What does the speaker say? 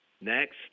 Next